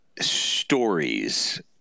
stories